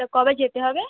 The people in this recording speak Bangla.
তা কবে যেতে হবে